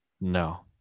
No